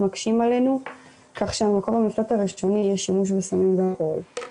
מקשים עלינו כך שמקום המפלט הראשוני יהיה שימוש בסמים ואלכוהול.